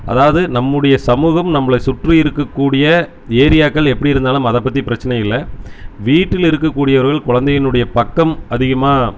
அதாவது நம்முடைய சமூகம் நம்பளை சுற்றி இருக்கக்கூடிய ஏரியாக்கள் எப்ப்டி இருந்தாலும் அதைப் பற்றி பிரச்சினை இல்லை வீட்டில் இருக்கக்கூடியவர்கள் குழந்தையின் உடைய பக்கம் அதிகமாக